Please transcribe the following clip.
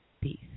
Peace